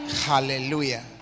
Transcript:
Hallelujah